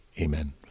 amen